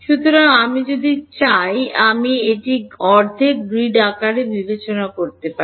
সুতরাং যদি আমি চাই তবে আমি এটি অর্ধেক গ্রিড আকারে বিবেচনা করতে পারি